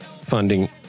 funding